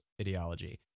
ideology